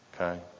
Okay